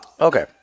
Okay